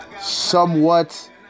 somewhat